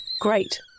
Great